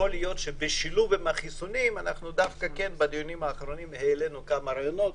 יכול להיות שבשילוב עם החיסונים אנחנו דווקא העלנו מספר רעיונות